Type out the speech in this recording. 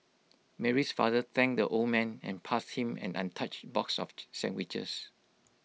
Mary's father thanked the old man and passed him an untouched box of the sandwiches